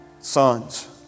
sons